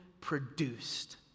produced